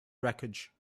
wreckage